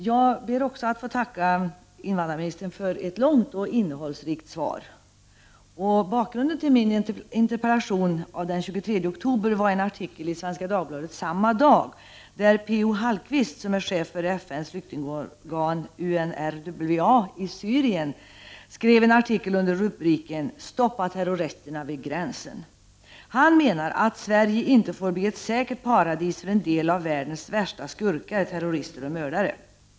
Herr talman! Jag ber att få tacka invandrarministern för ett långt och innehållsrikt svar. Bakgrunden till min interpellation av den 23 oktober var en artikel i Svenska Dagbladet samma dag, där P.O. Hallqvist, som är chef för FN:s flyktingorgan UNRWA i Syrien, skrev en artikel under rubriken ”Stoppa terroristerna vid gränsen!”. Han menar att Sverige inte får bli ett säkert paradis för en del av världens värsta skurkar, terrorister och mördare.